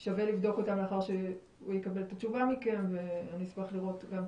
ששווה לבדוק אותם לאחר שהוא יקבל את התשובה מכם ואני אשמח לראות גם את